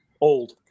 Old